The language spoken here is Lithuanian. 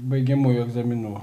baigiamųjų egzaminų